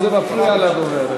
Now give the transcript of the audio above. וזה מפריע לדוברת.